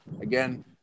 Again